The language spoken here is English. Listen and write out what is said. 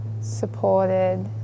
supported